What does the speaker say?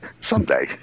someday